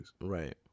Right